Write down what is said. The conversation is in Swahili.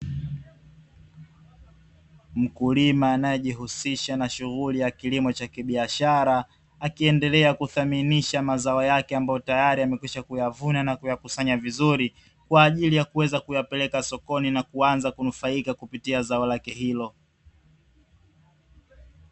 Mkulima anajishughulisha na kilimo cha biashara akkiendelea kuthaminisha mazao yake, ambayo amekwishwa yavuna kwajili ya kuyapeleka sokoni na kunufaika na zao lake hilo.